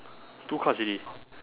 two cards already